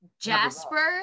Jasper